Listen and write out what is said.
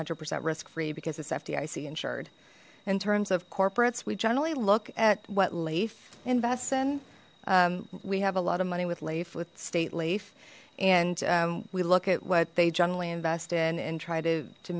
hundred percent risk free because it's fdic insured in terms of corporates we generally look at what leaf invests in we have a lot of money with leaf with state leaf and we look at what they generally invest in and try to to